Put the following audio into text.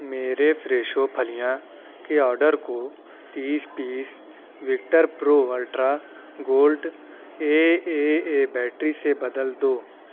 میرے فریشو پھلیاں کے آڈر کو تیس piece Victor Pro Ultra Gold A A A battery سے بدل دو